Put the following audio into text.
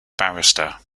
barrister